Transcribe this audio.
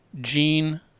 Gene